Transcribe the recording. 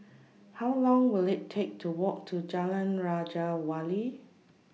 How Long Will IT Take to Walk to Jalan Raja Wali